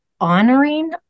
honoring